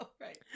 right